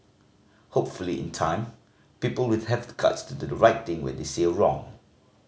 hopefully in time people will have the guts to do the right thing when they see a wrong